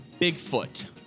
Bigfoot